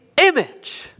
image